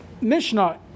Mishnah